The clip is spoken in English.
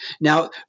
Now